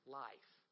life